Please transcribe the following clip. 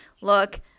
look